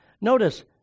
Notice